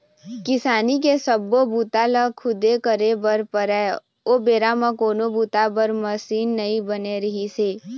किसानी के सब्बो बूता ल खुदे करे बर परय ओ बेरा म कोनो बूता बर मसीन नइ बने रिहिस हे